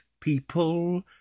people